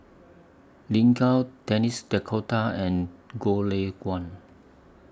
Lin Gao Denis D'Cotta and Goh Lay Kuan